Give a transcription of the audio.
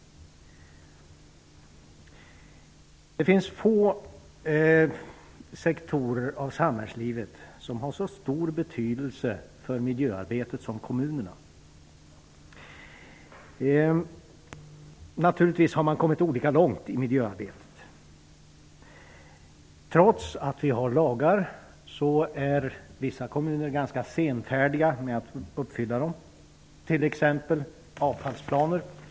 Det finns få sektorer av samhällslivet som har så stor betydelse för miljöarbetet som kommunsektorn. Kommunerna har naturligtvis kommit olika långt i miljöarbete. Trots att vi har lagar är vissa kommuner ganska senfärdiga med att uppfylla kraven. Det gäller t.ex. avfallsplaner.